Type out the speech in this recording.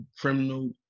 criminal